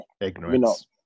Ignorance